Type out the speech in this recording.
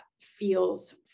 feels